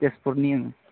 तेजपुरनि ओं